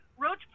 roach